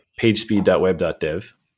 pagespeed.web.dev